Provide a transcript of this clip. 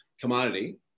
commodity